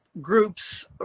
groups